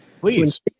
Please